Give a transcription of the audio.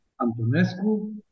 Antonescu